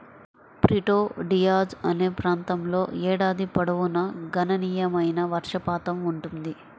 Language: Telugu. ప్రిటో డియాజ్ అనే ప్రాంతంలో ఏడాది పొడవునా గణనీయమైన వర్షపాతం ఉంటుంది